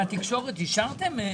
התקשורת, אישרתם?